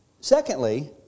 Secondly